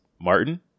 Martin